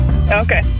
Okay